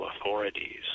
authorities